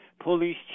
police